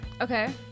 okay